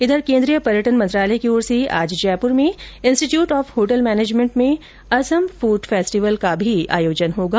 इधर केन्द्रीय पर्यटन मंत्रालय की ओर से आज जयपुर में इंस्टीट्यूट ऑफ होटल मैनेजमेंट में असम फूड फेस्टिवल भी आयोजित किया जाएगा